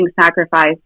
sacrifice